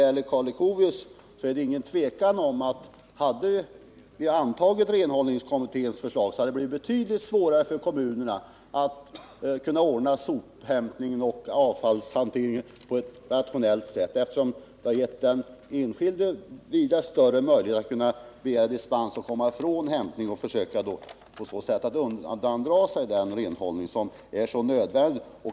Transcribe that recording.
Till Karl Leuchovius vill jag säga att det inte råder något tvivel om att det hade blivit betydligt svårare för kommunerna att kunna ordna sophämtningen och avfallshanteringen på ett rationellt sätt, om vi hade antagit renhållningskommitténs förslag. Det skulle ha givit den enskilde vida större möjligheter att begära dispens och därigenom komma ifrån hämtningen och undandra sig den renhållning som är så nödvändig.